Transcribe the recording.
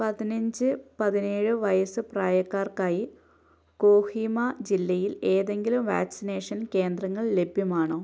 പതിനഞ്ച് പതിനേഴ് വയസ്സ് പ്രായക്കാർക്കായി കൊഹിമ ജില്ലയിൽ ഏതെങ്കിലും വാക്സിനേഷൻ കേന്ദ്രങ്ങൾ ലഭ്യമാണോ